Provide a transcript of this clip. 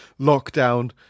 lockdown